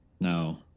No